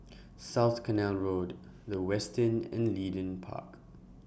South Canal Road The Westin and Leedon Park